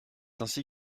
ainsi